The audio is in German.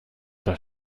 das